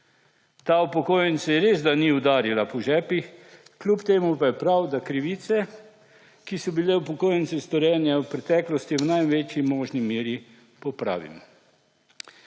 Ta upokojence resda ni udarila po žepih, kljub temu pa je prav, da krivice, ki so bile upokojencem storjene v preteklosti, v največji možni meri popravimo.